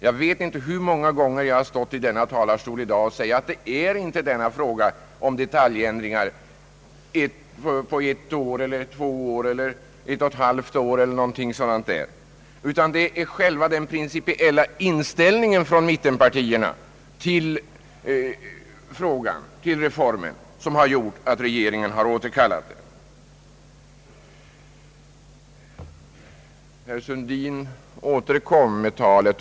Jag vet inte hur många gånger jag stått i denna talarstol i dag och sagt att det inte är dessa små detaljändringar om ett år, två år eller ett och ett halvt år som skiljer, utan att det är själva den principiella inställningen ifrån mittenpartierna till reformen som har gjort att regeringen har återkallat propositionen. Ang.